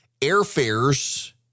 Airfares